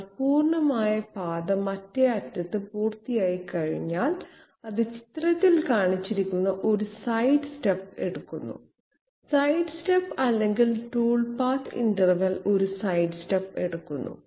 എന്നാൽ പൂർണ്ണമായ പാത മറ്റേ അറ്റത്ത് പൂർത്തിയായിക്കഴിഞ്ഞാൽ അത് ചിത്രത്തിൽ കാണിച്ചിരിക്കുന്ന ഒരു സൈഡ് സ്റ്റെപ്പ് എടുക്കുന്നു സൈഡ് സ്റ്റെപ്പ് അല്ലെങ്കിൽ ടൂൾ പാത്ത് ഇന്റർവെൽ ഒരു സൈഡ് സ്റ്റെപ്പ് എടുക്കുന്നു